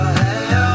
hey